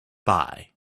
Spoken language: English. bye